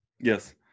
Yes